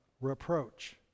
reproach